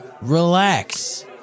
relax